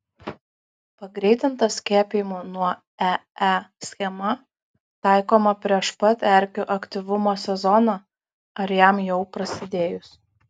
pagreitinta skiepijimų nuo ee schema taikoma prieš pat erkių aktyvumo sezoną ar jam jau prasidėjus